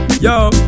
Yo